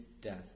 death